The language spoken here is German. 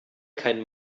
kein